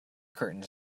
curtains